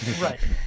right